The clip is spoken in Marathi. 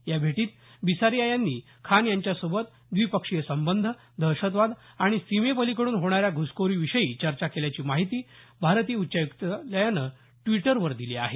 या भेटीत बिसारिया यांनी खान यांच्यासोबत द्विपक्षीय संबंध दहशतवाद आणि सीमेपलीकडून होणाऱ्या घुसखोरीविषयी चर्चा केल्याची माहिती भारतीय उच्चायुक्तालयानं द्विटरवर दिली आहे